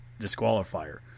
disqualifier